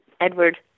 Edward